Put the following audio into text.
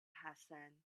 hassan